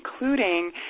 including